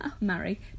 marry